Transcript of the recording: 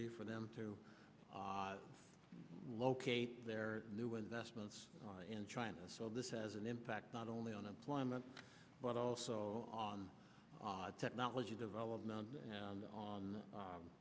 easy for them to locate their new investments in china so this has an impact not only on employment but also on technology development and on